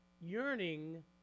yearning